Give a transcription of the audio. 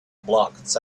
blots